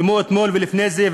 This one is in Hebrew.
כמו אתמול ולפני זה,